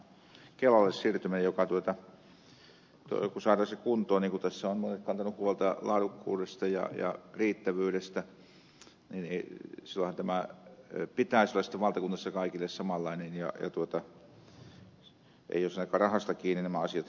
kun saadaan se kuntoon kuten tässä ovat monet kantaneet huolta laadukkuudesta ja riittävyydestä niin silloinhan tämän pitäisi olla sitten valtakunnassa kaikille samanlainen eivätkä olisi ainakaan rahasta kiinni nämä asiat